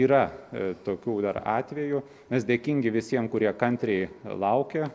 yra tokių dar atvejų mes dėkingi visiems kurie kantriai laukė